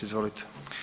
Izvolite.